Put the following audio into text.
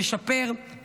לשפר,